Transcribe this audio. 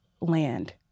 land